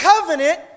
covenant